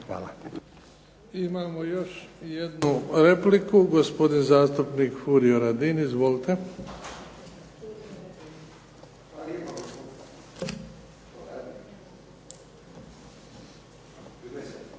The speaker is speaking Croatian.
(HDZ)** Imamo još jednu repliku gospodin zastupnik Furio Radin. Izvolite.